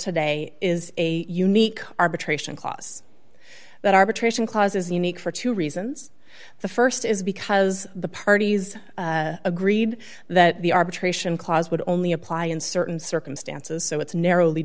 today is a unique arbitration clause that arbitration clause is unique for two reasons the st is because the parties agreed that the arbitration clause would only apply in certain circumstances so it's narrowly